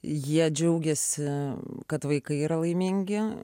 jie džiaugėsi kad vaikai yra laimingi